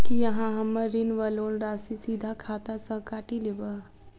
की अहाँ हम्मर ऋण वा लोन राशि सीधा खाता सँ काटि लेबऽ?